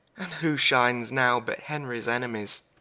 and who shines now, but henries enemies?